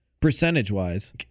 Percentage-wise